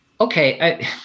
Okay